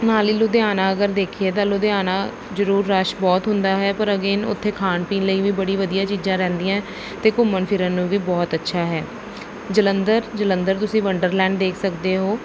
ਨਾਲ ਹੀ ਲੁਧਿਆਣਾ ਅਗਰ ਦੇਖੀਏ ਤਾਂ ਲੁਧਿਆਣਾ ਜ਼ਰੂਰ ਰਸ਼ ਬਹੁਤ ਹੁੰਦਾ ਹੈ ਪਰ ਅਗੇਨ ਉੱਥੇ ਖਾਣ ਪੀਣ ਲਈ ਵੀ ਬੜੀ ਵਧੀਆ ਚੀਜ਼ਾਂ ਰਹਿੰਦੀਆਂ ਅਤੇ ਘੁੰਮਣ ਫਿਰਨ ਨੂੰ ਵੀ ਬਹੁਤ ਅੱਛਾ ਹੈ ਜਲੰਧਰ ਜਲੰਧਰ ਤੁਸੀਂ ਵੰਡਰਲੈਂਡ ਦੇਖ ਸਕਦੇ ਹੋ